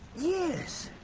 yes,